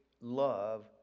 love